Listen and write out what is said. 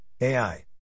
AI